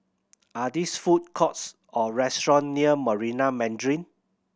are these food courts or restaurant near Marina Mandarin